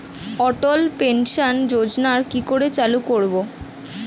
অটল pension যোজনার কি করে চালু করব?